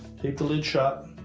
tape the lid shut.